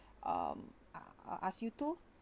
um a~ ask you too